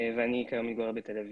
אני גר בתל אביב.